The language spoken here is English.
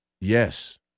Yes